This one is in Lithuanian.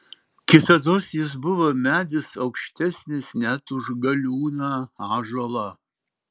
kitados jis buvo medis aukštesnis net už galiūną ąžuolą